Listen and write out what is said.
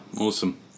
awesome